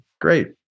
great